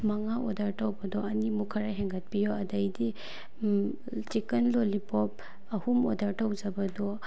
ꯃꯉꯥ ꯑꯣꯔꯗꯔ ꯇꯧꯕꯗꯣ ꯑꯅꯤꯃꯨꯛ ꯈꯔ ꯍꯦꯟꯒꯠꯄꯤꯌꯣ ꯑꯗꯩꯗꯤ ꯆꯤꯛꯀꯟ ꯂꯣꯂꯤꯄꯣꯞ ꯑꯍꯨꯝ ꯑꯣꯔꯗꯔ ꯇꯧꯖꯕꯗꯣ